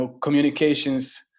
communications